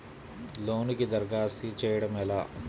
లోనుకి దరఖాస్తు చేయడము ఎలా?